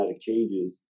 changes